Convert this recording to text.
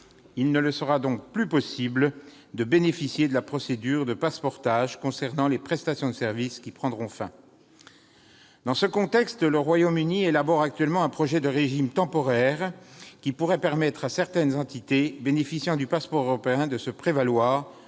Il ne leur sera donc plus possible de bénéficier de la procédure de « passeportage » concernant les prestations de service, qui prendront fin. Dans ce contexte, le Royaume-Uni élabore actuellement un projet de régime temporaire, qui pourrait permettre à certaines entités bénéficient du passeport européen de se prévaloir,